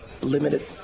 Limited